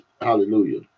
hallelujah